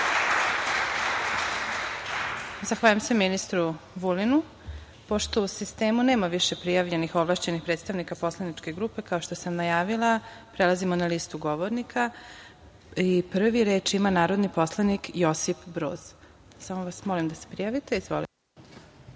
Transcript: Zahvaljujem se ministru Vulinu. Pošto u sistemu nema više prijavljenih ovlašćenih predstavnika poslaničkih grupa, kao što sam najavila, prelazimo na listu govornika. Reč ima narodni poslanik Josip Broz. Izvolite. **Josip